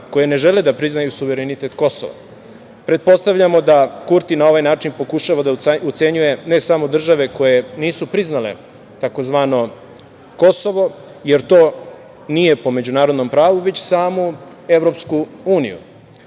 koje ne žele da priznaju suverenitet Kosova. Pretpostavljamo da Kurti na ovaj način pokušava da ucenjuje ne samo države koje nisu priznale tzv. Kosovo, jer to nije po međunarodnom pravo, već samu EU.Još dalje